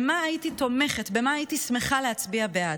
במה הייתי תומכת, על מה הייתי שמחה להצביע בעד?